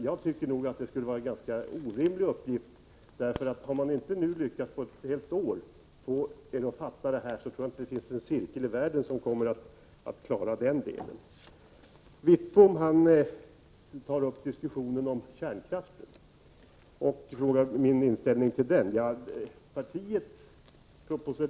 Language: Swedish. Jag gissar att det skulle vara en orimlig uppgift. Har man inte lyckats på ett helt år att få er att fatta, tror jag inte att någon cirkel i världen kommer att klara det. Bengt Wittbom frågade om min inställning till kärnkraften.